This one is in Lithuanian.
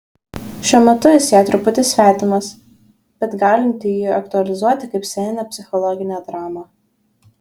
šiuo metu jis jai truputį svetimas bet galinti jį aktualizuoti kaip sceninę psichologinę dramą